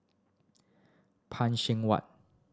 Phan Seng Whatt